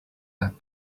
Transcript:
that